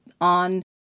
on